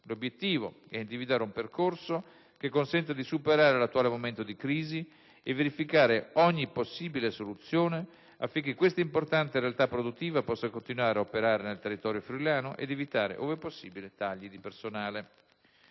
L'obiettivo è individuare un percorso che consenta di superare l'attuale momento di crisi e verificare ogni possibile soluzione affinché questa importante realtà produttiva, possa continuare a operare nel territorio friulano e di evitare, ove possibile, tagli di personale.